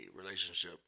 relationship